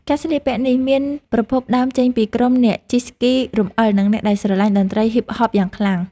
ការស្លៀកពាក់នេះមានប្រភពដើមចេញពីក្រុមអ្នកជិះក្តាររំអិលនិងអ្នកដែលស្រឡាញ់តន្ត្រីហ៊ីបហបយ៉ាងខ្លាំង។